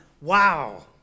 Wow